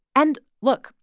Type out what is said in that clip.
and look.